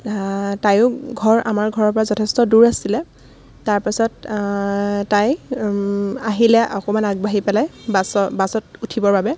তাইও ঘৰ আমাৰ ঘৰৰ পৰা যথেষ্ট দূৰ আছিলে তাৰপাছত তাই আহিলে অকণমান আগবাঢ়ি পেলাই বাছত বাছত উঠিবৰ বাবে